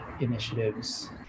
initiatives